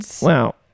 Wow